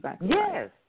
Yes